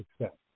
success